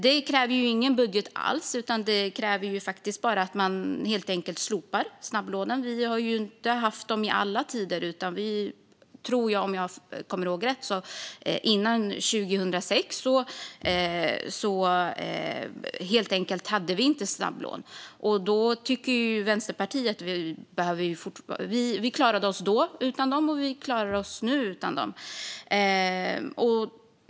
Detta kräver ingen budget alls, utan det kräver bara att man helt enkelt slopar snabblånen. Vi har ju inte haft dem i alla tider - före 2006 hade vi inte snabblån, om jag kommer ihåg rätt. Vi klarade oss utan dem då, och vi klarar oss utan dem nu.